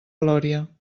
glòria